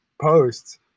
posts